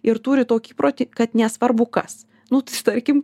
ir turi tokį įprotį kad nesvarbu kas nu tarkim